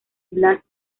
blas